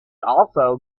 also